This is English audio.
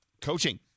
Coaching